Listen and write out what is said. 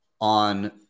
on